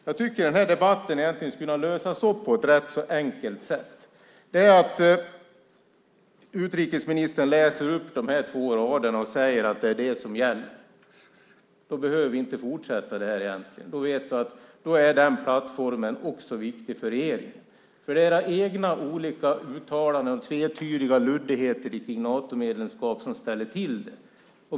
Jag tycker att den här debatten skulle kunna lösas upp på ett ganska enkelt sätt, nämligen genom att utrikesministern läser upp de två raderna och säger att det är det som gäller. Då behöver vi inte fortsätta det här. Då vet vi att den plattformen är viktig också för regeringen. Det är egna uttalanden och tvetydiga luddigheter om Natomedlemskap som ställer till det.